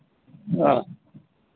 हाँ